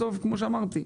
בסוף כמו שאמרתי,